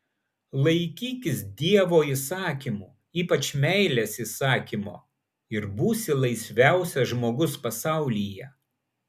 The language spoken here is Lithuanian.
laikykis dievo įsakymų ypač meilės įsakymo ir būsi laisviausias žmogus pasaulyje